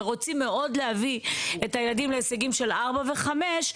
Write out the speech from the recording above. ורוצים מאוד להביא את הילדים להישגים של ארבע וחמש,